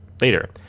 later